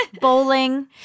bowling